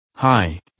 Hi